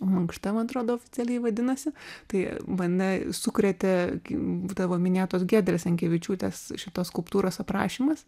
mankšta man atrodo oficialiai vadinasi tai mane sukrėtė būdavo minėtos giedrės jankevičiūtės šitos skulptūros aprašymas